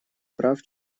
прав